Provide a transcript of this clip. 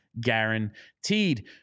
guaranteed